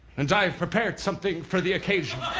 and i've prepared something for the occasion